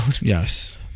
Yes